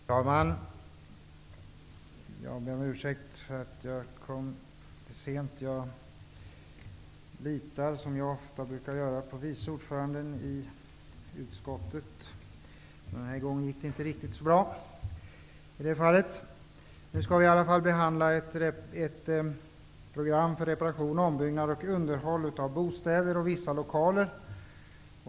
Herr talman! Jag ber om ursäkt för att jag kom sent till kammaren. Jag litade, som jag ofta gör, på vice ordföranden i utskottet. Men den här gången gick det inte riktigt bra i det avseendet. Vad vi nu har att behandla är ett program för reparation, ombyggnad och underhåll av bostäder och vissa lokaler.